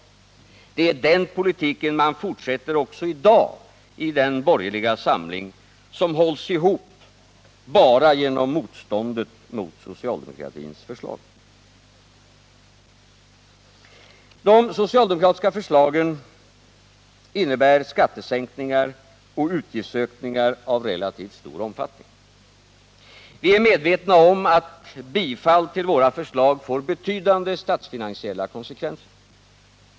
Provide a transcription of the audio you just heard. Det är den politiken man fortsätter också i dag i den borgerliga samling som hålls ihop bara genom motståndet mot socialdemokratins förslag. De socialdemokratiska förslagen innebär skattesänkningar och utgiftsökningarav relativt stor omfattning. Vi är medvetna om att bifall till våra förslag får betydande statsfinansiella konsekvenser.